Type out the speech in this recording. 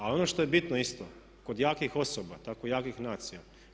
Ali ono što je bitno isto kod jakih osoba, tako jakih nacija.